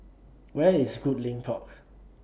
Where IS Goodlink Park